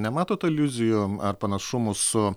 nematot aliuzijų ar panašumų su